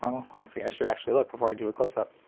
um let's see i should actually look before i do a closeup.